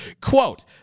Quote